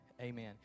amen